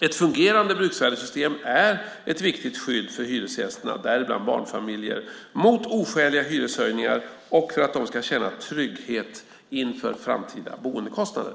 Ett fungerande bruksvärdessystem är ett viktigt skydd för hyresgästerna, däribland barnfamiljerna, mot oskäliga hyreshöjningar och för att de ska känna trygghet inför framtida boendekostnader.